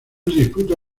disputa